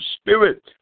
spirit